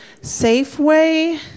Safeway